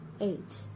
eight